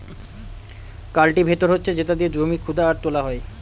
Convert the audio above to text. cultivator হচ্ছে যেটা দিয়ে জমি খুদা আর তোলা হয়